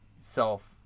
self